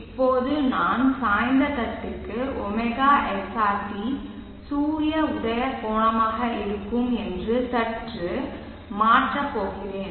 இப்போது நான் சாய்ந்த தட்டுக்கு ωsrt சூரிய உதய கோணமாக இருக்கும் என்று சற்று மாற்றப் போகிறேன்